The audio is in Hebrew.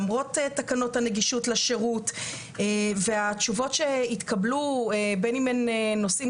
למרות תקנות הנגישות לשירות והתשובות שהתקבלו בין אם הן נושאים